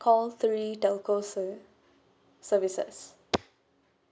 call three telco ser~ services